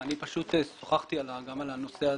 אני פשוט שוחחתי גם על הנושא הזה.